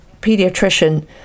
pediatrician